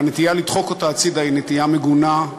והנטייה לדחוק אותה הצדה היא נטייה מגונה,